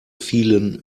vielen